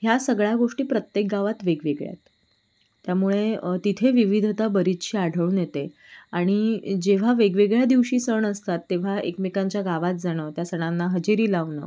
ह्या सगळ्या गोष्टी प्रत्येक गावात वेगवेगळ्या आहेत त्यामुळे तिथे विविधता बरीचशी आढळून येते आणि जेव्हा वेगवेगळ्या दिवशी सण असतात तेव्हा एकमेकांच्या गावात जाणं त्या सणांना हजेरी लावणं